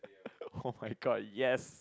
oh my god yes